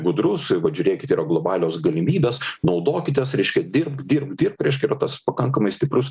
gudrus vat žiūrėkit yra globalios galimybės naudokitės reiškia dirbk dirbk dirbk reiškia yra tas pakankamai stiprus